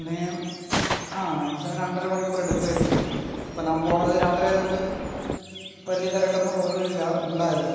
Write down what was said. എങ്ങനെയും ആ മാക്സിമം രണ്ടര മണിക്കൂർ എടുക്കായിരിക്കും അപ്പോൾ ഞാൻ പോകുന്നത് രാത്രി ആയതുകൊണ്ട് വലിയ തിരക്കൊന്നും റോട്ടിൽ ഇല്ല ഉണ്ടാകില്ല